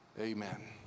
amen